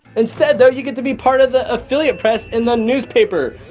instead though you get to be part of the affiliate press in the newspaper.